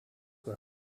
were